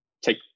take